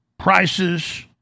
Prices